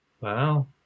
Wow